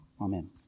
Amen